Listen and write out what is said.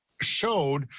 showed